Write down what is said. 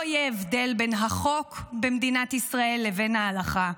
יהיה הבדל בין החוק במדינת ישראל לבין ההלכה.